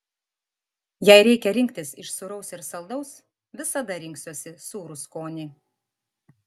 jei reikia rinktis iš sūraus ir saldaus visada rinksiuosi sūrų skonį